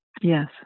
Yes